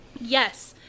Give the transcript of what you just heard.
Yes